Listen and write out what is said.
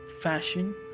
fashion